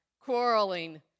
quarreling